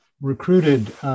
recruited